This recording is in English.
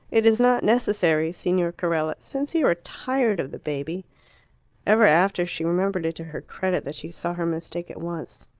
it is not necessary, signor carella. since you are tired of the baby ever after she remembered it to her credit that she saw her mistake at once.